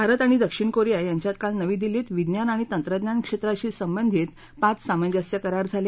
भारत आणि दक्षिण कोरिया यांच्यात काल नवी दिल्ली इथं विज्ञान आणि तंत्रज्ञान क्षेत्राशी संबंधित पाच सामंजस्य करार झाले